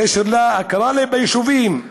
הכרה ביישובים,